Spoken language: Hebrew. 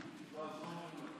הישיבה הבאה תתקיים מחר, יום רביעי,